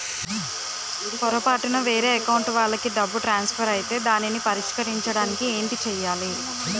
పొరపాటున వేరే అకౌంట్ వాలికి డబ్బు ట్రాన్సఫర్ ఐతే దానిని పరిష్కరించడానికి ఏంటి చేయాలి?